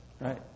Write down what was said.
Right